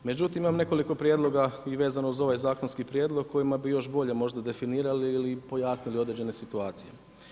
Međutim, imam nekoliko prijedloga i vezeno uz ovaj zakonski prijedlog kojima bi još bolje možda definirali ili pojasnili određene situacije.